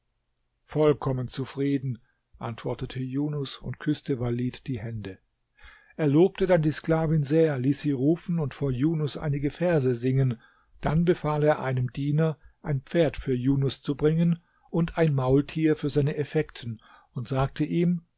vollkommen zufrieden antwortete junus und küßte walid die hände er lobte dann die sklavin sehr ließ sie rufen und vor junus einige verse singen dann befahl er einem diener ein pferd für junus zu bringen und ein maultier für seine effekten und sagte ihm